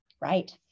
Right